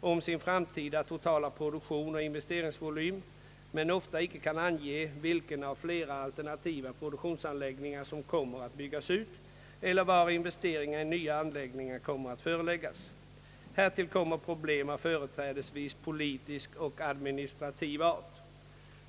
om sin framtida totala produktion och investeringsvolym men ofta inte kan ange vilken av flera alternativa produktionsanläggningar som kommer att byggas ut, eller var investeringar i nya anläggningar kommer att förläggas. Härtill kommer problem av företrädesvis politisk och administrativ art.